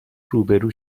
روبرو